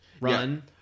run